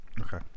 okay